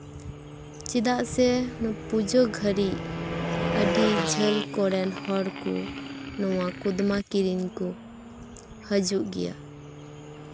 ᱪᱮᱫᱟᱜ ᱥᱮ ᱱᱚᱣᱟ ᱯᱩᱡᱟᱹ ᱜᱷᱟᱹᱲᱤᱡ ᱟᱹᱰᱤ ᱡᱷᱟᱹᱞ ᱠᱚᱨᱮᱱ ᱦᱚᱲ ᱠᱚ ᱱᱚᱣᱟ ᱠᱚᱫᱢᱟ ᱠᱤᱨᱤᱧ ᱠᱚ ᱦᱤᱡᱩᱜ ᱜᱮᱭᱟ